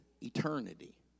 eternity